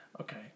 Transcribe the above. okay